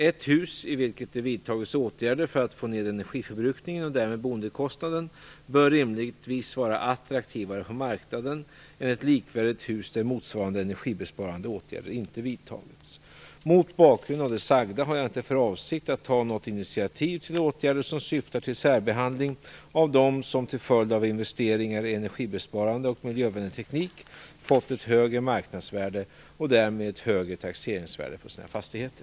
Ett hus i vilket det vidtagits åtgärder för att få ned energiförbrukningen och därmed boendekostnaden, bör rimligtvis vara attraktivare på marknaden än ett likvärdigt hus där motsvarande energibesparande åtgärder inte vidtagits. Mot bakgrund av det sagda har jag inte för avsikt att ta något initiativ till åtgärder som syftar till särbehandling av dem som till följd av investeringar i energibesparande och miljövänlig teknik fått ett högre marknadsvärde - och därmed ett högre taxeringsvärde på sina fastigheter.